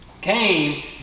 came